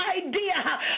idea